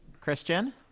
Christian